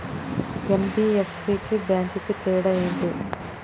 NBFC కి bank కి తేడా ఏంటి?